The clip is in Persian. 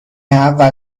اول